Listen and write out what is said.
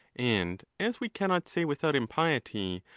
and as we cannot say, without impiety,